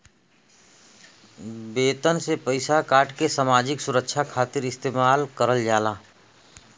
वेतन से पइसा काटके सामाजिक सुरक्षा खातिर इस्तेमाल करल जाला